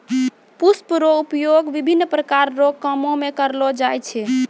पुष्प रो उपयोग विभिन्न प्रकार रो कामो मे करलो जाय छै